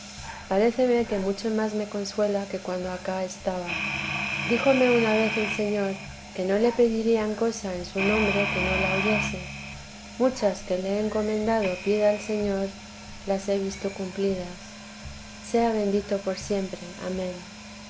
paréceme que mucho más me consuela que cuando acá estaba díjome una vez el señor que no le pedirían cosa en su nombre que no la oyese muchas que le he encomendado pida al señor las he visto cumplidas sea bendito por siempre amén